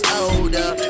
older